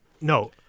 No